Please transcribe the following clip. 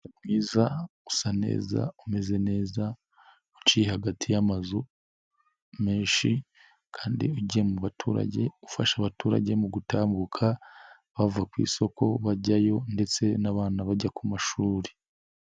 Mwiza usa neza umeze neza uciye hagati y'amazu menshi, kandi ugiye mu baturage ufasha abaturage mu gutambuka bava ku isoko bajyayo, ndetse n'abana bajya ku mashuri.